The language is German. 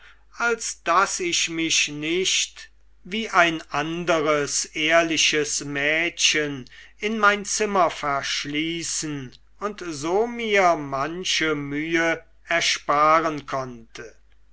als daß ich mich nicht wie ein anderes ehrliches mädchen in mein zimmer verschließen und so mir manche mühe ersparen konnte